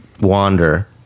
Wander